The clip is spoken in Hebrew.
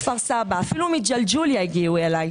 מכפר סבא, אפילו מג'לג'וליה הגיעו אליי.